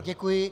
Děkuji.